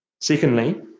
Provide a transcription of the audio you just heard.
Secondly